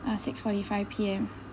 uh six forty five P_M